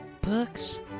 books